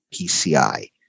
PCI